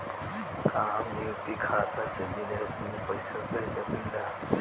का हम यू.पी.आई खाता से विदेश में पइसा भेज सकिला?